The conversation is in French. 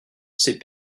ces